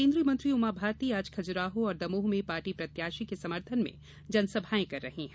केन्द्रीय मंत्री उमा भारती आज खजुराहो दमोह में पार्टी प्रत्याशी के समर्थन में जनसभाएं कर रही हैं